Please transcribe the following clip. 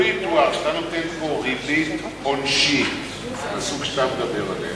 לו יתואר שאתה נותן פה ריבית עונשית מהסוג שאתה מתאר,